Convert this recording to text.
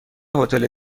هتل